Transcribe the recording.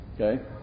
okay